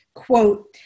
Quote